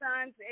son's